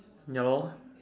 ya lor